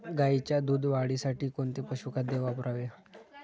गाईच्या दूध वाढीसाठी कोणते पशुखाद्य वापरावे?